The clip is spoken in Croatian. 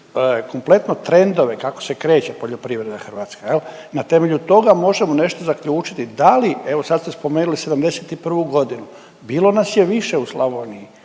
kompletno trendove kako se kreće poljoprivreda hrvatska. Na temelju toga možemo nešto zaključiti da li, evo sad ste spomenuli '71. godinu. Bilo nas je više u Slavoniji,